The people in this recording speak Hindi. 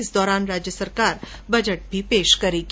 इस दौरान राज्य सरकार बजट भी पेश करेगी